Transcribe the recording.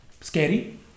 scary